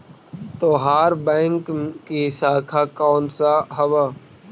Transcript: तोहार बैंक की शाखा कौन सा हवअ